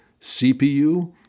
CPU